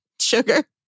sugar